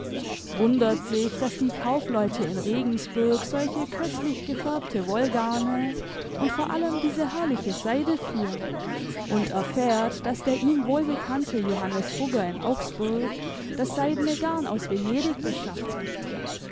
wundert sich daß die kaufleute in regensburg solche köstlich gefärbte wollgarne und vor allem diese herrliche seide führen und erfährt daß der ihm wohlbekannte johannes fugger in augsburg das seidene garn aus venedig beschafft hat